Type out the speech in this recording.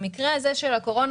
במקרה של הקורונה,